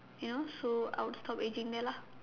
you know then I would stop aging there lah